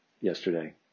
yesterday